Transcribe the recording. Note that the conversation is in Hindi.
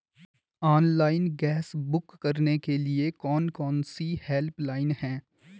ऑनलाइन गैस बुक करने के लिए कौन कौनसी हेल्पलाइन हैं?